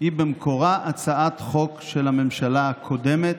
היא במקורה הצעת חוק של הממשלה הקודמת,